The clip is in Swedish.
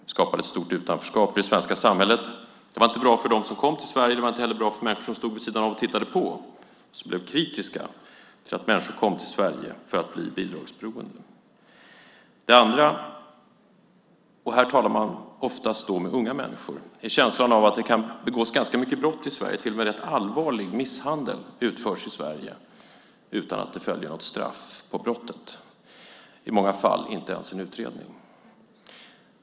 Det skapade ett stort utanförskap i det svenska samhället. Det var inte bra för dem som kom till Sverige. Det var inte heller bra för de människor som stod vid sidan om och såg på och blev kritiska till att människor kom till Sverige för att bli bidragsberoende. Det andra - här talar man oftast om unga människor - är känslan av att det kan begås ganska många brott i Sverige, till och med rätt allvarlig misshandel, utan att det följer ett straff på brottet. I många fall görs inte ens en utredning.